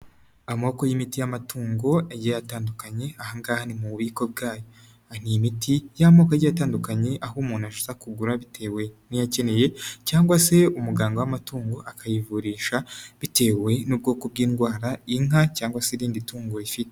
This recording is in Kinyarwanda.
Amoko y'imiti y'amatungo, agiye atandukanye, aha ngaha ni mu bubiko bwayo, iyi ni imiti y'amoko agiye atandukanye, aho umuntu aza kugura, bitewe n'iyakeneye cyangwa se umuganga w'amatungo akayivurisha, bitewe n'ubwoko bw'indwara, inka cyangwa se irindi tungo rifite.